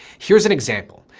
here's an example,